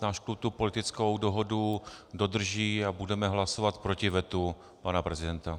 Náš klub tu politickou dohodu dodrží a budeme hlasovat proti vetu pana prezidenta.